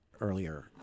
earlier